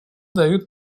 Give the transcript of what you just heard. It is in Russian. дают